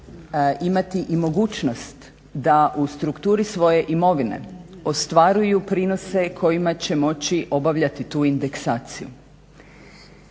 imati i mogućnost da u strukturi svoje imovine ostvaruju prinose kojima će moći obavljati tu indeksaciju.